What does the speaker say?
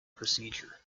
procedure